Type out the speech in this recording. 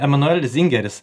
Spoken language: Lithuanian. emanuelis zingeris